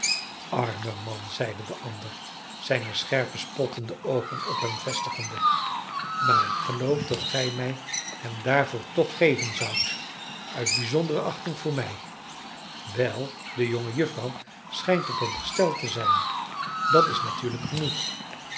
arme man zeide de ander zijne scherpe spottende oogen op hem vestigende maar ik geloof dat ge mij hem daarvoor toch geven zoudt uit bijzondere achting voor mij wel de jongejuffrouw schijnt op hem gesteld te zijn dat is natuurlijk genoeg